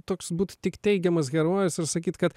toks būt tik teigiamas herojus ir sakyt kad